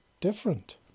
different